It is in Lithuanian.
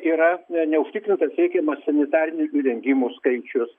yra neužtikrintas teikiamas sanitarinių įrengimų skaičius